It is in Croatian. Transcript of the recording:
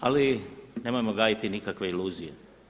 Ali nemojmo gajiti nikakve iluzije.